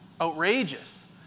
outrageous